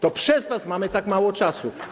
To przez was mamy tak mało czasu.